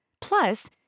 Plus